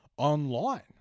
online